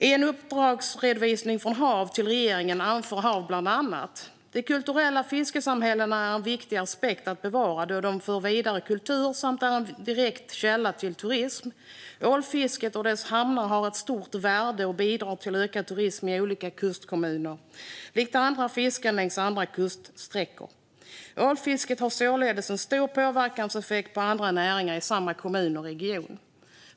I en uppdragsredovisning från HaV till regeringen anför HaV bland annat följande: De kulturella fiskesamhällena är en viktig aspekt att bevara då de för vidare kultur samt är en direkt källa för turism. Ålfisket och dess hamnar har ett stort värde och bidrar till ökad turism i olika kustkommuner, likt andra fisken längs andra kuststräckor. Ålfisket har således en stor påverkanseffekt på andra näringar i samma kommun eller region.